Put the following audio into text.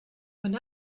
when